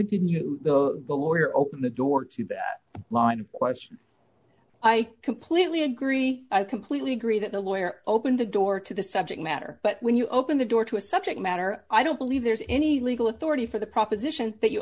didn't you the the lawyer open the door to that line of questions i completely agree i completely agree that the lawyer opened the door to the subject matter but when you open the door to a subject matter i don't believe there's any legal authority for the proposition that you